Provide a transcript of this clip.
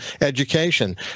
education